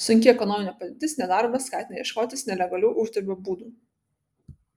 sunki ekonominė padėtis nedarbas skatina ieškotis nelegalių uždarbio būdų